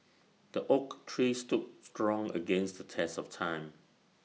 the oak tree stood strong against the test of time